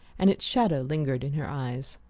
and its shadow lingered in her eyes.